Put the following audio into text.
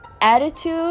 attitude